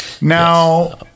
Now